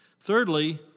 Thirdly